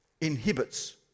inhibits